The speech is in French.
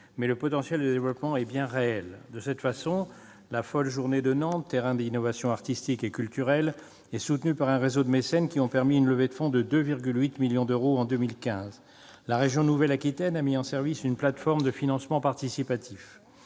le potentiel de développement est bien réel. Ainsi, la Folle journée de Nantes, terrain d'innovation artistique et culturelle, est soutenue par un réseau de mécènes qui ont permis de lever 2,8 millions d'euros en 2015. Dans le même esprit, la région Nouvelle-Aquitaine a mis en service une plateforme de financement participatif